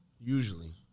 usually